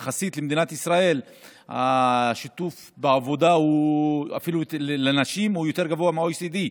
יחסית למדינת ישראל השיתוף בעבודה של נשים הוא אפילו יותר גבוה מה-OECD,